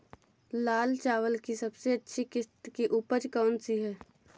लाल चावल की सबसे अच्छी किश्त की उपज कौन सी है?